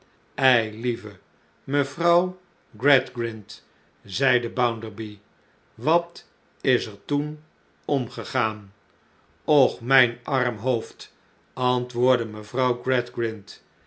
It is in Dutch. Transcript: eilieve mevrouw gradgrind zeide bounderby wat is er toen omgegaan och mijn arm hoofd antwoordde mevrouw